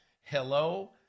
hello